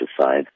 side